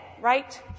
right